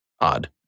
odd